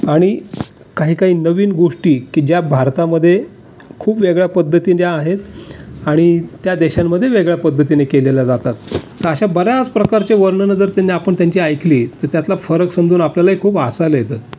आणि काहीकाही नवीन गोष्टी की ज्या भारतामध्ये खूप वेगळ्या पद्धतीने आहेत आणि त्या देशांमध्ये वेगळ्या पद्धतीने केल्या जातात तर अशा बऱ्याच प्रकारचे वर्णनं जर त्यांनी आपण त्यांची ऐकले तर त्यातला फरक समजून आपल्यालाही खूप हसायला येतं